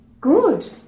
Good